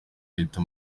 leta